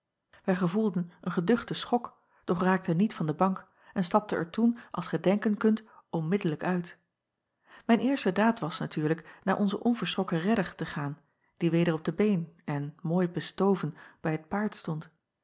ij gevoelden een geduchten schok doch raakten niet van de bank en stapten er toen als gij denken kunt onmiddellijk uit ijn eerste daad was natuurlijk naar onzen onverschrokken redder te gaan die weder op de been en mooi bestoven bij het paard stond